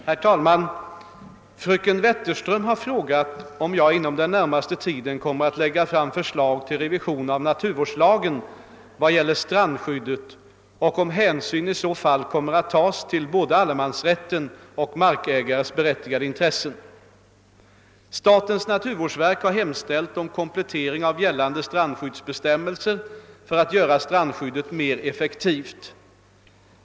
Herr talman! Fröken Wetterström har frågat om jag inom den närmaste tiden kommer att lägga fram förslag till revision av naturvårdslagen vad gäller strandskyddet och om hänsyn i så fall kommer att tas till både allemansrätten och markägares berättigade intressen. Statens naturvårdsverk har hemställt om komplettering av gällande strandskyddsbestämmelser för att göra strandskyddet mer effektivt.